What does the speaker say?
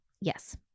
Yes